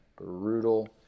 brutal